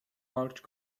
large